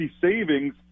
savings